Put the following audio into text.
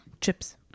Chips